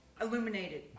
illuminated